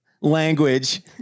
Language